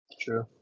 True